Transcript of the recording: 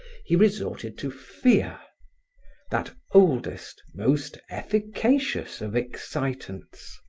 he resorted to fear that oldest, most efficacious of excitants.